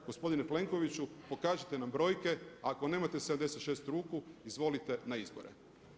Gospodine Plenkoviću, pokažite nam brojke, ako nemate 76 ruku izvolite na izbore.